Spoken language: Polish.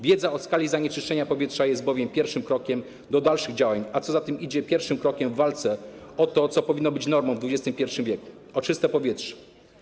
Wiedza o skali zanieczyszczenia powietrza jest bowiem pierwszym krokiem do dalszych działań, a co za tym idzie - pierwszym krokiem w walce o to, co powinno być normą w XXI w., czyli o czyste powietrze.